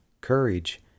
courage